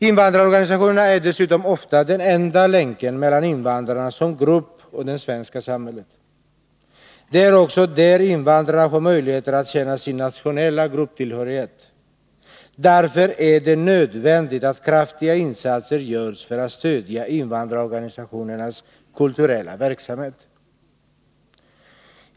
Invandrarorganisationerna är dessutom ofta den enda länken mellan invandrare som grupp och det svenska samhället. Det är också där invandrarna har möjlighet att känna sin nationella grupptillhörighet. Därför är det nödvändigt att kraftiga insatser görs för att stödja invandrarorganisationernas kulturella verksamhet.